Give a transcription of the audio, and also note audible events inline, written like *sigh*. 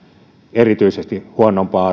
erityisesti huonompaan *unintelligible*